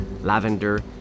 lavender